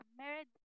married